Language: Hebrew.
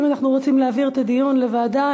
אם אנחנו רוצים להעביר את הדיון לוועדה,